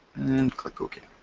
and click ok.